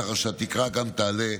ככה שהתקרה גם תעלה,